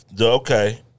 Okay